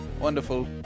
wonderful